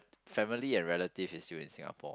family and relative is still in Singapore